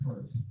first